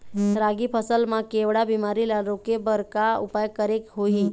रागी फसल मा केवड़ा बीमारी ला रोके बर का उपाय करेक होही?